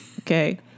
Okay